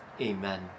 Amen